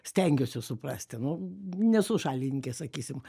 stengiuosi suprasti nu nesu šalininkė sakysim